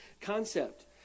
concept